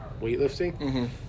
weightlifting